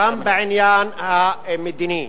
גם בעניין המדיני,